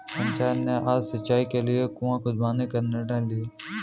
पंचायत ने आज सिंचाई के लिए कुआं खुदवाने का निर्णय लिया है